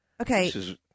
Okay